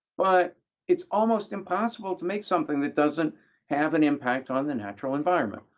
but it's almost impossible to make something that doesn't have an impact on the natural environment,